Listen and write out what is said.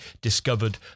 discovered